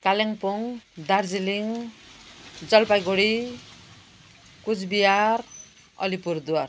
Kalimpong Darjeeling Jalpaiguri Coochbehar Alipurduar